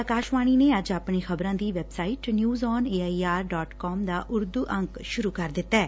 ਆਕਾਸ਼ਵਾਣੀ ਨੇ ਅੱਜ ਆਪਣੀ ਖ਼ਬਰਾਂ ਦੀ website news on A I R dot com ਦਾ ਉਰਦੂ ਅੰਕ ਸੁਰੂ ਕਰ ਦਿੱਤੈ